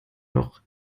noch